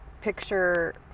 picture